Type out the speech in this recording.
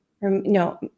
No